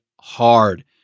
hard